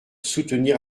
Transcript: soutenir